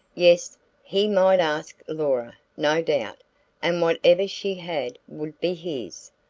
yes he might ask laura, no doubt and whatever she had would be his.